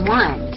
one